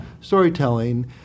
storytelling